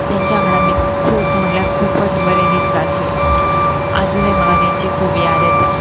तेंच्या वांगडा आमी खूब म्हल्यार खूबच बरें दीस घातले आजुनय म्हाका तेंची खूब याद येता